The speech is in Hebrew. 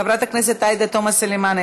חברת הכנסת עאידה תומא סלימאן,